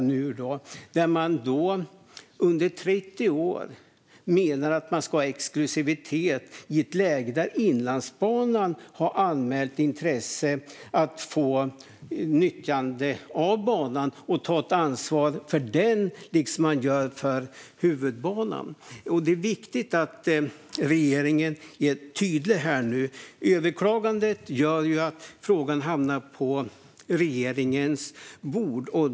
Skanska menar att de under 30 år ska ha exklusivitet i ett läge där Inlandsbanan har anmält intresse att få ett nyttjande av banan och att ta ett ansvar för den liksom man gör för huvudbanan. Det är viktigt att regeringen är tydlig här. Överklagandet gör att frågan hamnar på regeringens bord.